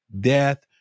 death